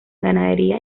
ganadería